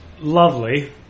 lovely